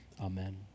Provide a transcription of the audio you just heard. Amen